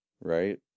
Right